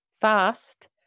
fast